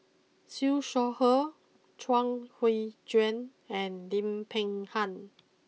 Siew Shaw Her Chuang Hui Tsuan and Lim Peng Han